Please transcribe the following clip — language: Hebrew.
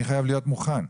אני חייב להיות מוכן.